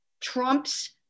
trumps